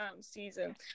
season